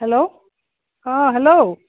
hello অঁ hello